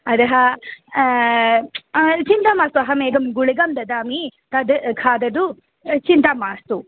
अतः चिन्ता मास्तु अहमेकां गुलिकां ददामि तद् खादतु चिन्ता मास्तु